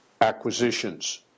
acquisitions